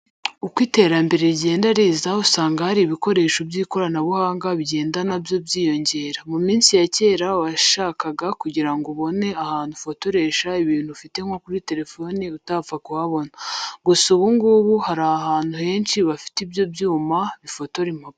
Uko iterambere rigenda riza usanga hari ibikoresho by'ikoranabuhanga bigenda na byo byiyongera. Mu minsi ya kera wasanga kugira ngo ubone ahantu ufotoresha ibintu ufite nko kuri telefone utapfa kuhabona, gusa ubu ngubu hari ahantu henshi bafite ibyo byuma bifotora impapuro.